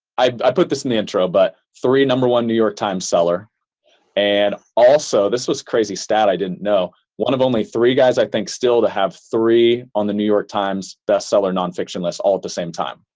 i i put this in the intro, but three number one new york times seller and also this was crazy stat i didn't know one of the only three guys i think still to have three on the new york times best seller nonfiction list all at the same time.